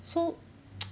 so